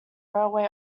railway